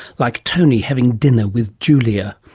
like tony having dinner with julia.